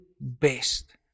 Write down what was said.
best